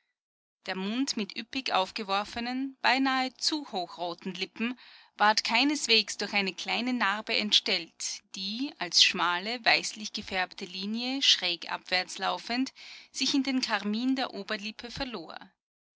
der mund mit üppig aufgeworfenen beinahe zu hochroten lippen ward keineswegs durch eine kleine narbe entstellt die als schmale weißlich gefärbte linie schräg abwärts laufend sich in den karmin der oberlippe verlor